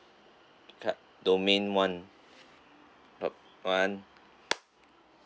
card domain one one